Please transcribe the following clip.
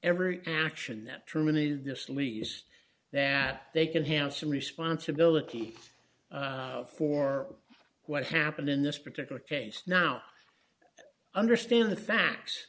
every action that terminated this least that they can have some responsibility for what happened in this particular case now understand the facts